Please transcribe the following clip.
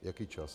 Jaký čas?